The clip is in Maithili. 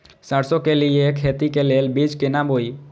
सरसों के लिए खेती के लेल बीज केना बोई?